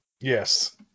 Yes